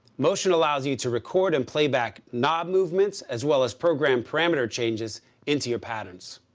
motion allows you to record and play back knob movements as well as program parameter changes into your patterns.